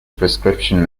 prescription